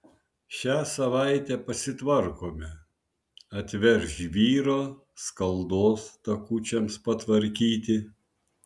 šią savaitę pasitvarkome atveš žvyro skaldos takučiams patvarkyti